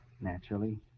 Naturally